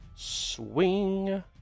Swing